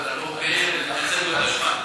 לדבר בשמם.